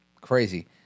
Crazy